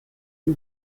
can